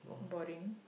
boring